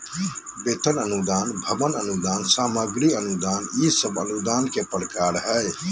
वेतन अनुदान, भवन अनुदान, सामग्री अनुदान ई सब अनुदान के प्रकार हय